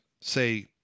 say